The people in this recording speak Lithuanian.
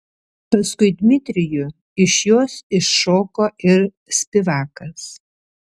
paskui dmitrijų iš jos iššoko ir spivakas